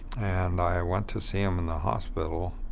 and i went to see him in the hospital,